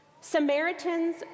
Samaritans